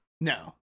No